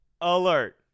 alert